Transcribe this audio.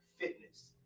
Fitness